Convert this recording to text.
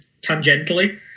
tangentially